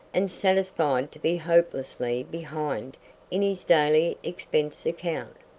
and satisfied to be hopelessly behind in his daily expense account.